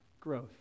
Growth